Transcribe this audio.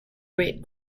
brett